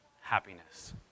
happiness